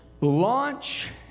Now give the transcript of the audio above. Launch